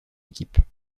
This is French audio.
équipe